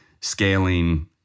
scaling